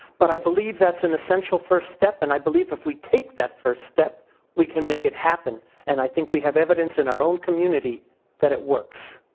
but i believe that's an essential first step and i believe if we take that first step we can make it happen and i think we have evidence in our own community that it works.